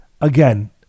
again